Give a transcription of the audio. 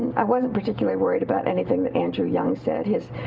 i wasn't particularly worried about anything that injury young said his